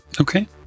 Okay